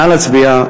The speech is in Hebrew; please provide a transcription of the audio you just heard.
נא להצביע.